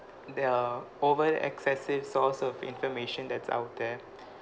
the over excessive source of information that's out there